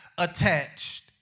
Attached